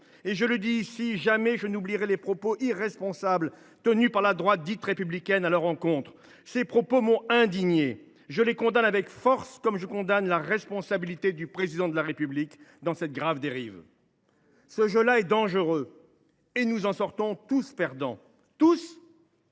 Je le dis ici, jamais je n’oublierai les propos irresponsables tenus par la droite dite « républicaine » à leur encontre. Ces propos m’ont indigné ! Je les condamne avec force, comme je condamne la responsabilité du Président de la République dans cette grave dérive. Bravo ! Ce jeu là est dangereux, et nous en sortons tous perdants. Tous,